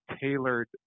tailored